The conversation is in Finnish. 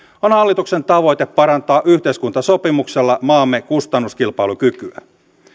on hallituksen tavoite parantaa yhteiskuntasopimuksella maamme kustannuskilpailukykyä